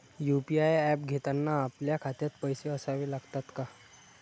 UPI app घेताना आपल्या खात्यात पैसे असावे लागतात का?